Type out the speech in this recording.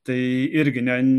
tai irgi ne